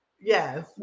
yes